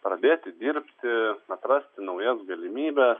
pradėti dirbti atrasti naujas galimybes